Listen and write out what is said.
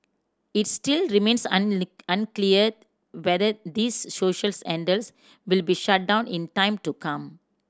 it still remains unclear whether these social handles will be shut down in time to come